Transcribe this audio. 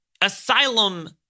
Asylum